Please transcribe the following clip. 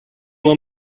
want